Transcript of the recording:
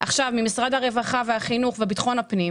עכשיו ממשרד הרווחה והחינוך וביטחון הפנים,